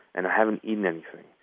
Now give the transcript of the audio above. and i haven't eaten anything,